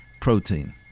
protein